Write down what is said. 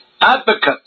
advocates